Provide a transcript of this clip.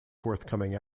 forthcoming